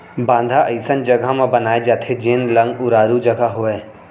बांधा अइसन जघा म बनाए जाथे जेन लंग उरारू जघा होवय